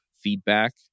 feedback